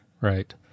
Right